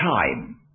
time